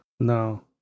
no